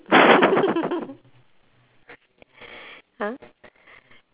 !huh!